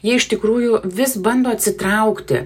jie iš tikrųjų vis bando atsitraukti